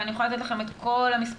ואני יכולה לתת לכם את כל המספרים,